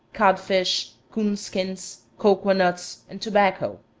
codfish, coonskins, cocoa-nuts, and tobacco.